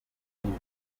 ntago